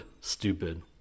stupid